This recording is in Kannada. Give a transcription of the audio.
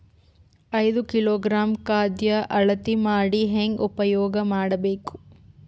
ಐದು ಕಿಲೋಗ್ರಾಂ ಖಾದ್ಯ ಅಳತಿ ಮಾಡಿ ಹೇಂಗ ಉಪಯೋಗ ಮಾಡಬೇಕು?